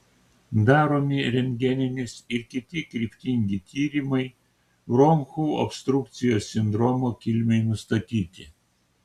daromi rentgeninis ir kiti kryptingi tyrimai bronchų obstrukcijos sindromo kilmei nustatyti